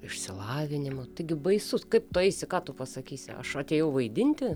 išsilavinimo taigi baisus kaip tu eisi ką tu pasakysi aš atėjau vaidinti